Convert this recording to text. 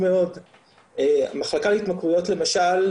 המחלקה להתמכרויות למשל,